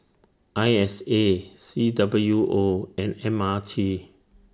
I S A C W O and M R T